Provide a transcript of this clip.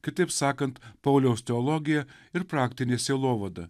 kitaip sakant pauliaus teologija ir praktinė sielovada